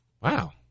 wow